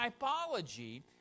typology